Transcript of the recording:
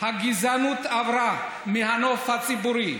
הגזענות עברה מהנוף הציבורי,